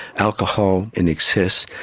alcohol in excess,